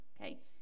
Okay